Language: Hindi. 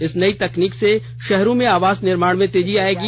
इस नई तकनीक से शहरों में आवास निर्माण में तेजी आएगी